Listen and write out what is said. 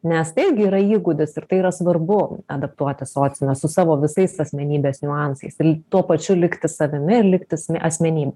nes tai irgi yra įgūdis ir tai yra svarbu adaptuotis sociume su savo visais asmenybės niuansais tai tuo pačiu likti savimi ir likti asmenybė